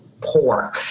poor